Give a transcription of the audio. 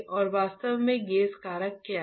और वास्तव में गेज कारक क्या है